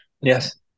Yes